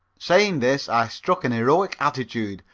saying this, i struck an heroic attitude,